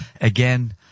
Again